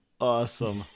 Awesome